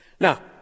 Now